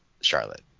Charlotte